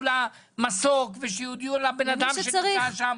למסוק ושיודיעו לבן אדם שנמצא שם,